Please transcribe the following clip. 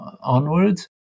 onwards